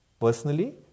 personally